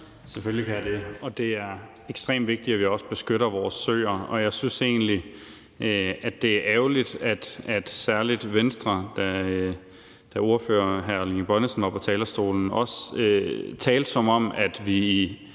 Selvfølgelig kan jeg det. Det er ekstremt vigtigt, at vi også beskytter vores søer, og jeg synes egentlig, at det er ærgerligt, at særlig Venstre, da ordfører hr. Erling Bonnesen var på talerstolen, også talte, som om vi